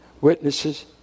witnesses